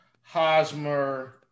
Hosmer